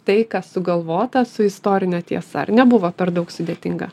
tai kas sugalvota su istorine tiesa ar nebuvo per daug sudėtinga